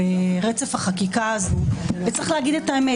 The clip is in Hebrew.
ברצף החקיקה הזאת צריך להגיד את האמת,